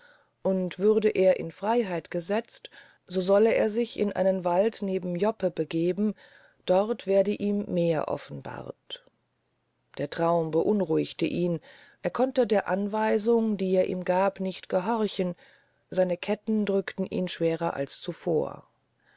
und würde er in freyheit gesetzt so solle er sich in einen wald neben joppe begeben dort werde ihm mehr offenbart der traum beunruhigte ihn er konnte der anweisung die er ihm gab nicht gehorchen seine ketten drückten ihn schwerer als zuvor